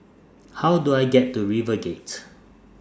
How Do I get to RiverGate